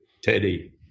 Teddy